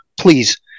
please